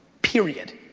period.